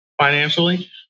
financially